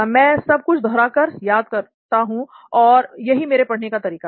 मैं सब कुछ दोहरा कर याद करता हूं और यही मेरा पढ़ने का तरीका है